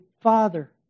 father